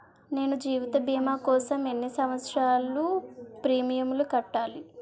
నేను జీవిత భీమా కోసం ఎన్ని సంవత్సారాలు ప్రీమియంలు కట్టాలి?